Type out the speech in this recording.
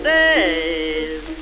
days